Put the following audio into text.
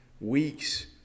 weeks